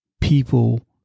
people